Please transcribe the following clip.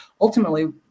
ultimately